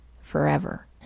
forever